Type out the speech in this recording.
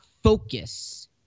focus